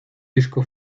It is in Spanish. disco